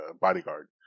bodyguard